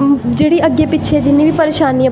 जेह्ड़ी अग्गैं पिच्छें जिन्नी बी परेशानी